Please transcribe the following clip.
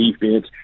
defense